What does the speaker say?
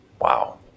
Wow